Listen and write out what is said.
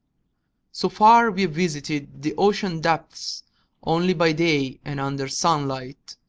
so far you've visited the ocean depths only by day and under sunlight.